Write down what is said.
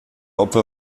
opfer